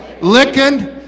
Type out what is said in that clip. licking